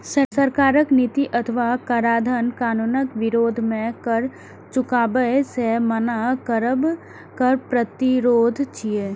सरकारक नीति अथवा कराधान कानूनक विरोध मे कर चुकाबै सं मना करब कर प्रतिरोध छियै